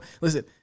listen